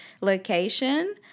location